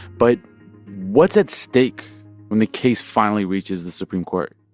but what's at stake when the case finally reaches the supreme court?